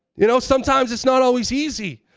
you know, sometimes, it's not always easy.